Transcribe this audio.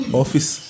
office